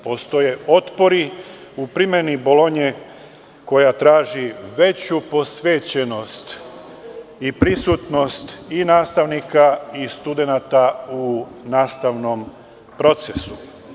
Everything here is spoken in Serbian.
Postoje otpori u primeni Bolonje koja traži veću posvećenost i prisutnost i nastavnika i studenata u nastavnom procesu.